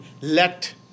let